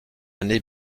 année